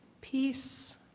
Peace